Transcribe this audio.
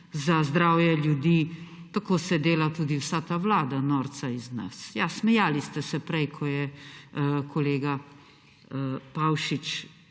za zdravje ljudi, tako se dela tudi vsa ta vlada norca iz nas. Ja, smejali ste se prej, ko je kolega Pavšič